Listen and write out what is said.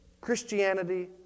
Christianity